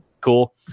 cool